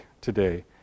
today